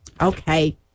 okay